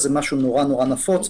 זה נורא נפוץ.